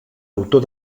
autor